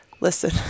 listen